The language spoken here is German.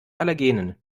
allergenen